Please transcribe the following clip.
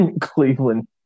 Cleveland